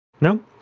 No